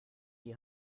die